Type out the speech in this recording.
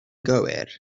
gywir